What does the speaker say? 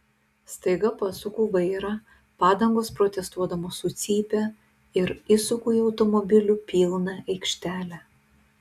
staiga pasuku vairą padangos protestuodamos sucypia ir įsuku į automobilių pilną aikštelę